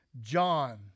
john